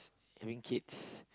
having kids